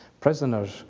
prisoners